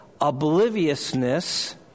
obliviousness